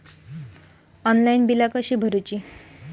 Online बिला कशी भरूची?